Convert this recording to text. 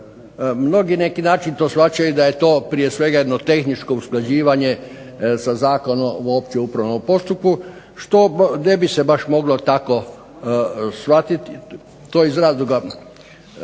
Mnogi na neki način to shvaćaju da je to prije svega jedno tehničko usklađivanje sa Zakonom o općem upravnom postupku što ne bi se baš moglo tako shvatiti. To iz razloga